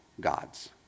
gods